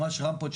ממש רמפות,